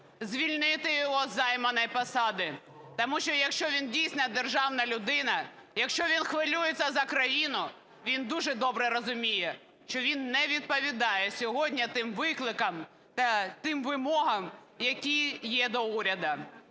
звільнити його з займаної посади. Тому що, якщо він дійсно державна людина, якщо він хвилюється за країну, він дуже добре розуміє, що він не відповідає сьогодні тим викликам та тим вимогам, які є до уряду.